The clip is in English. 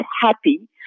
happy